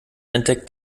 entdeckt